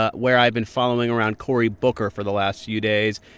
ah where i've been following around cory booker for the last few days.